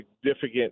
significant